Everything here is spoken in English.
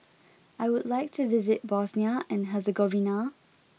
I would like to visit Bosnia and Herzegovina